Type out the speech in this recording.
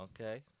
Okay